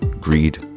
Greed